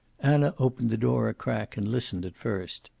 anna opened the door a crack and listened at first.